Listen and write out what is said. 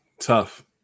tough